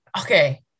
Okay